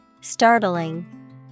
Startling